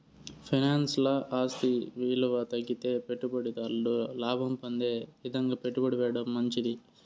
ఫైనాన్స్ల ఆస్తి ఇలువ తగ్గితే పెట్టుబడి దారుడు లాభం పొందే ఇదంగా పెట్టుబడి పెట్టడం మంచిది